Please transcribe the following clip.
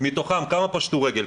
מתוכם כמה פשטו רגל?